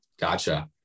Gotcha